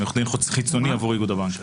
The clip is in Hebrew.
ייצוג חיצוני עבור איגוד הבנקים.